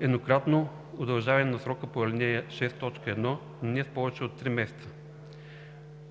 еднократно удължаване на срока по ал. 6, т. 1, но с не повече от 3 месеца; 2.